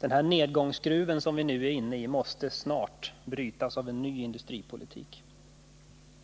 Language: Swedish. Den nedgångsskruv som vi nu är inne i måste snart avbrytas genom en ny industripolitik.